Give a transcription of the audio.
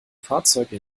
fahrzeuge